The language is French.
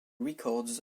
records